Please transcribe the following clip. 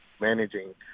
managing